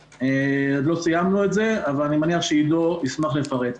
עוד לא סיימנו את זה אבל אני מניח שעידו ישמח לפרט פה.